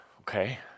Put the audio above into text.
Okay